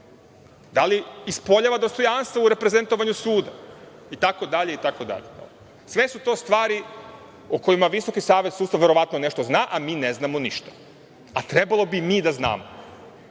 da li ispoljava dostojanstvo u reprezentovanju suda, itd. Sve su to stvari o kojima Visoki savet sudstva verovatno nešto zna, a mi ne znamo ništa. A trebalo bi mi da znamo.